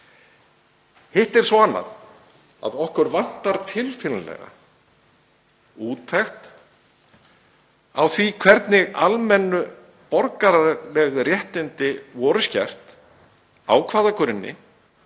Hitt er svo annað að okkur vantar tilfinnanlega úttekt á því hvernig almenn borgaraleg réttindi voru skert, á hvaða grunni